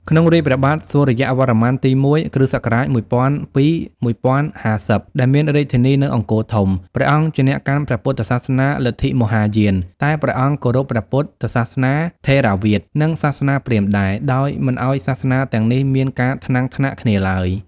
ក្នុងរាជ្យព្រះបាទសូរ្យវរ្ម័នទី១ (គ.ស ១០០២-១០៥០) ដែលមានរាជធានីនៅ អង្គរធំ ព្រះអង្គជាអ្នកកាន់ព្រះពុទ្ធសាសនាលទ្ធិមហាយាន តែព្រះអង្គគោរពព្រះពុទ្ធ សាសនាថេរវាទ និងសាសនាព្រាហ្មណ៍ដែរ ដោយមិនឱ្យសាសនាទាំងនេះមានការថ្នាំងថ្នាក់គ្នាឡើយ ។